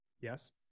Yes